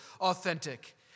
authentic